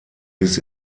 bis